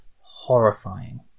horrifying